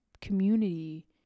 community